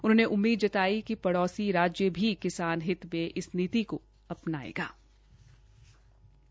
उन्होंने उम्मीद जताई कि पड़ोसी राज्य भी किसान हित में इस नीति को अपनाएंगे